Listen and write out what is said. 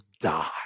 die